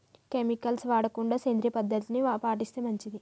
chemicals వాడకుండా సేంద్రియ పద్ధతుల్ని పాటిస్తే మంచిది